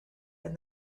and